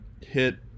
hit